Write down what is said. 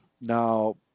Now